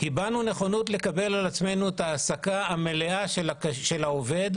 הבענו נכונות לקבל על עצמנו את ההעסקה המלאה של העובד,